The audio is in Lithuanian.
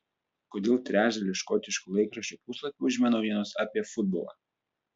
kodėl trečdalį škotiškų laikraščių puslapių užima naujienos apie futbolą